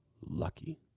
lucky